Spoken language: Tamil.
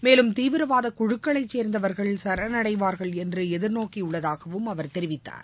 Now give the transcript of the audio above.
மேலும் தீவிரவாதக் குழுக்களைசேர்ந்தவர்கள் சரணடைவார்கள் என்றுஎதிர்நோக்கியுள்ளதாகவும் அவர் தெரிவித்தார்